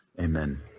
Amen